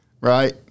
Right